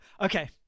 Okay